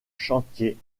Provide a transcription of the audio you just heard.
chantier